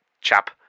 chap